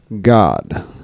God